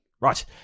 Right